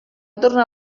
tornar